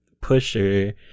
pusher